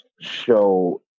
show